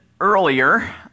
earlier